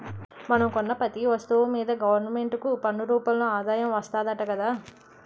మనం కొన్న పెతీ ఒస్తువు మీదా గవరమెంటుకి పన్ను రూపంలో ఆదాయం వస్తాదట గదా